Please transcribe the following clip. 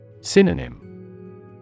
Synonym